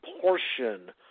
portion